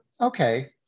okay